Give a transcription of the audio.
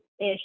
ish